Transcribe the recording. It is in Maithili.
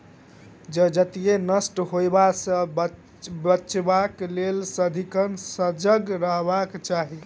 जजति नष्ट होयबा सँ बचेबाक लेल सदिखन सजग रहबाक चाही